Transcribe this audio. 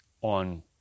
on